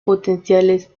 potenciales